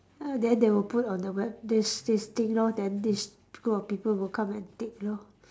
uh then they will put on the web this this thing lor then this group of people will come and take lor